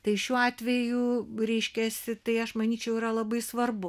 tai šiuo atveju reiškiasi tai aš manyčiau yra labai svarbu